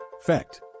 Fact